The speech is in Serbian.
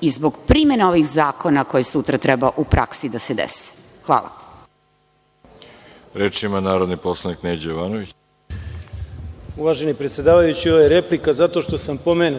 i zbog primene ovih zakona koji sutra treba u praksi da se dese.